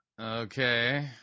Okay